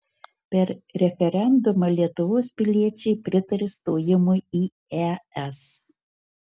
per referendumą lietuvos piliečiai pritarė stojimui į es